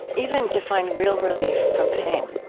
even to find real relief from pain.